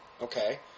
Okay